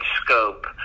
scope